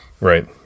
Right